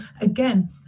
again